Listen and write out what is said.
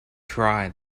try